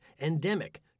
endemic